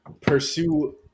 pursue